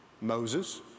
Moses